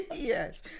yes